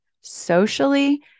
socially